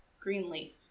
Greenleaf